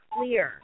clear